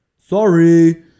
Sorry